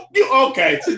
Okay